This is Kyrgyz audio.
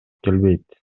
келбейт